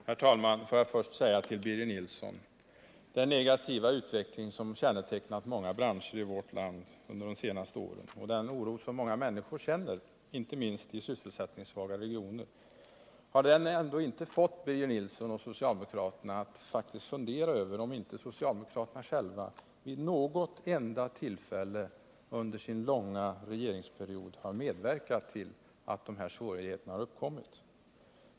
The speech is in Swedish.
Herr talman! Får jag först vända mig till Birger Nilsson. Den negativa utveckling som kännetecknat många branscher i vårt land under de senaste åren och den oro som många människor känner, inte minst i sysselsättningssvaga regioner — har det inte fått Birger Nilsson och socialdemokraterna att fundera över om inte socialdemokraterna själva vid något enda tillfälle under sin långa regeringsperiod har medverkat till att dessa svårigheter har uppkommit?